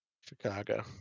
Chicago